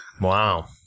Wow